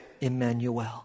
Emmanuel